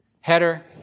Header